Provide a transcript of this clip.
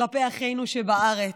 כלפי אחינו שבארץ,